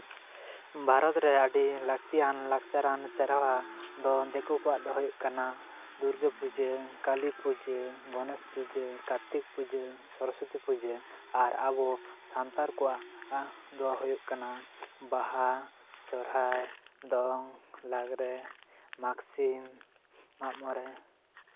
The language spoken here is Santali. ᱵᱷᱟᱨᱚᱛᱨᱮ ᱟᱹᱰᱤ ᱞᱟᱹᱠᱛᱤᱭᱟᱱ ᱞᱟᱠᱪᱟᱨ ᱟᱱ ᱥᱮᱨᱣᱟ ᱫᱚ ᱫᱤᱠᱩ ᱠᱚᱣᱟᱜ ᱫᱚ ᱦᱩᱭᱩᱜ ᱠᱟᱱᱟ ᱫᱩᱨᱜᱟᱹᱯᱩᱡᱟᱹ ᱠᱟᱹᱞᱤ ᱯᱩᱡᱟᱹ ᱜᱚᱱᱮᱥ ᱯᱩᱡᱟᱹ ᱠᱟᱨᱛᱤᱠ ᱯᱩᱡᱟᱹ ᱥᱚᱨᱚᱥᱚᱛᱤ ᱯᱩᱡᱟᱹ ᱟᱨ ᱟᱵᱚ ᱥᱟᱱᱛᱟᱲ ᱠᱚᱣᱟᱜ ᱫᱚ ᱦᱩᱭᱩᱜ ᱠᱟᱱᱟ ᱵᱟᱦᱟ ᱥᱚᱦᱨᱟᱭ ᱫᱚᱝ ᱞᱟᱜᱽᱲᱮ ᱢᱟᱜᱽᱥᱤᱢ ᱢᱟᱜ ᱢᱚᱬᱮ